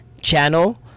channel